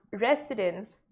residents